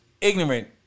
Ignorant